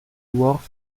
worth